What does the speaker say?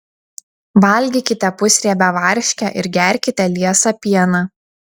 valgykite pusriebę varškę ir gerkite liesą pieną